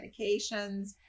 medications